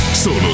Solo